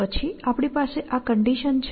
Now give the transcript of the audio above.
પછી આપણી પાસે આ કંડિશન છે